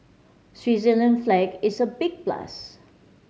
Switzerland flag is a big plus